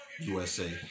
USA